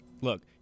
Look